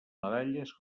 medalles